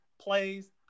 plays